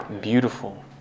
Beautiful